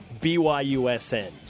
BYUSN